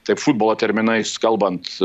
taip futbolo terminais kalbant